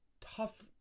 tough